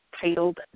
titled